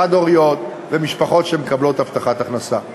חד-הוריות ומשפחות שמקבלות הבטחת הכנסה.